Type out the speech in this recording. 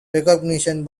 recommendation